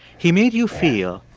he made you feel.